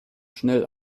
schnell